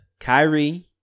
Kyrie